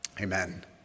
Amen